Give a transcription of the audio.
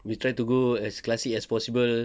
we try to go as classic as possible